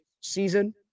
season